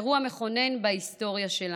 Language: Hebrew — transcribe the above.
אירוע מכונן בהיסטוריה שלנו: